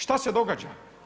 Šta se događa?